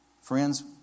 Friends